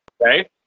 Okay